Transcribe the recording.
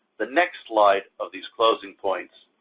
the next slide of these closing points,